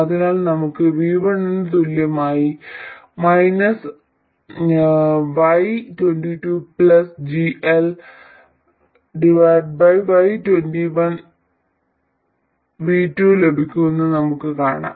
അതിനാൽ നമുക്ക് V1 ന് തുല്യമായി y22 GL y21 V2 ലഭിക്കുമെന്ന് നമുക്ക് കാണാം